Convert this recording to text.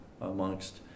amongst